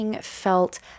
felt